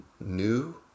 new